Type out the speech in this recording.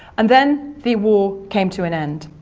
and then the war came to an end,